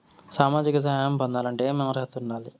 సామాజిక సహాయం పొందాలంటే ఏమి అర్హత ఉండాలి?